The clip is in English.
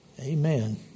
Amen